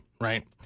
right